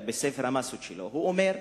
בספר המסות שלו הוא אומר: